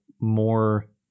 more